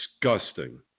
disgusting